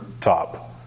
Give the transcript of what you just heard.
top